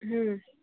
ହୁଁ